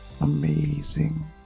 Amazing